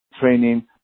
training